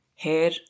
hair